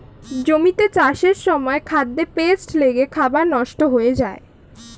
জমিতে চাষের সময় খাদ্যে পেস্ট লেগে খাবার নষ্ট হয়ে যায়